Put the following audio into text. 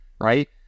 right